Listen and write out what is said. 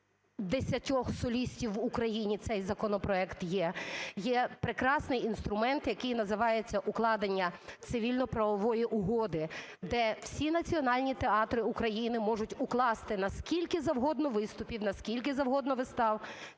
десятьох солістів в Україні цей законопроект є, є прекрасний інструмент, який називається укладення цивільно-правової угоди, де всі національні театри України можуть укласти, на скільки завгодно виступів, на скільки завгодно вистав